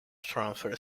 transfer